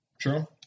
True